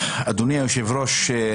אדוני יושב הראש,